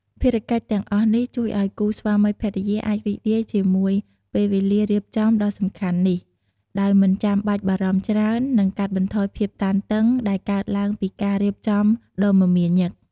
ភារកិច្ចទាំងអស់នេះជួយឲ្យគូស្វាមីភរិយាអាចរីករាយជាមួយពេលវេលារៀបចំដ៏សំខាន់នេះ ដោយមិនបាច់បារម្ភច្រើន និងកាត់បន្ថយភាពតានតឹងដែលកើតឡើងពីការរៀបចំដ៏មមាញឹក។